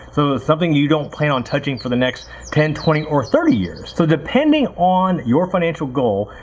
so something you don't plan on touching for the next ten, twenty, or thirty years. so depending on your financial goal,